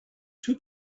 two